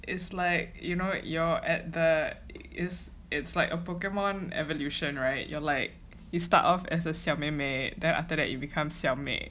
is like you know you're at the it's it's like a pokemon evolution [right] you're like you start off as a 小妹妹 then after that you become 小妹